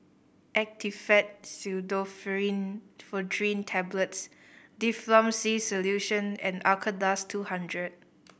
Actifed Pseudoephedrine Tablets Difflam C Solution and Acardust two hundred